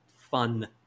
fun